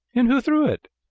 and who threw it?